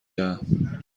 دهم